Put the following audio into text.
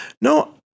no